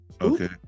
Okay